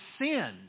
sin